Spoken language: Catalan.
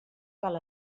cal